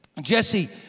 Jesse